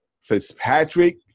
Fitzpatrick